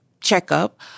checkup